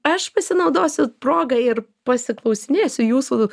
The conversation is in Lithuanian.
aš pasinaudosiu proga ir pasiklausinėsiu jūsų